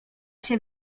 się